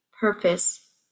purpose